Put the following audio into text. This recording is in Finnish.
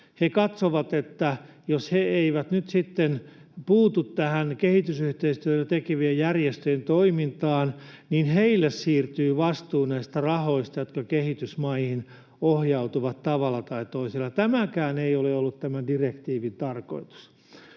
katsovat, että jos he eivät nyt sitten puutu tähän kehitysyhteistyötä tekevien järjestöjen toimintaan, niin heille siirtyy vastuu näistä rahoista, jotka kehitysmaihin ohjautuvat tavalla tai toisella. Tämäkään ei ole ollut tämän direktiivin tarkoitus.